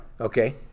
Okay